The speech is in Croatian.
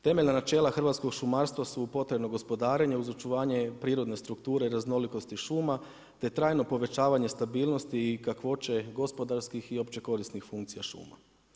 Temeljna načela hrvatskog šumarstva su potrajno gospodarenje uz očuvanje prirodne strukture, raznolikosti šuma, te trajno povećavanje stabilnosti i kakvoće gospodarskih i opće korisnih funkcija šuma.